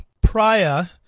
prior